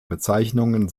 bezeichnungen